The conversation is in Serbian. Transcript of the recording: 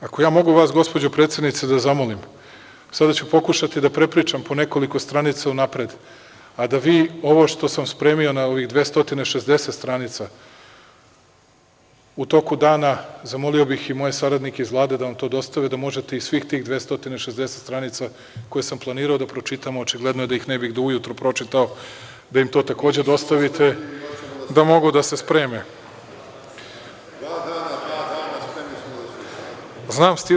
Ako ja mogu vas, gospođo predsednice, da zamolim, sada ću pokušati da prepričam po nekoliko stranica unapred, a da vi ovo što sam spremio na ovih 260 stranica u toku dana, a zamolio bih i moje saradnike iz Vlade da vam to dostave, da možete i svih tih 260 stranica koje sam planirao da pročitam, a očigledno je da ih ne bi do ujutru pročitao, da im to takođe dostavite, da mogu da se spreme. (Vojislav Šešelj, s mesta: Mi smo strpljivi.